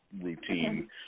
routine